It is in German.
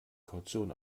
kaution